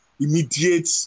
immediate